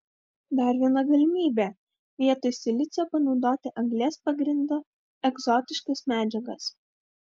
dar viena galimybė vietoj silicio panaudoti anglies pagrindo egzotiškas medžiagas